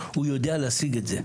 הוא יודע להשיג את זה.